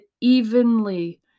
evenly